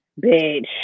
bitch